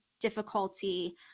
difficulty